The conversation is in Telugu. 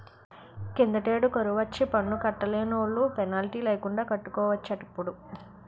కిందటేడు కరువొచ్చి పన్ను కట్టలేనోలు పెనాల్టీ లేకండా కట్టుకోవచ్చటిప్పుడు